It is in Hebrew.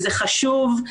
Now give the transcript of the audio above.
זה חשוב,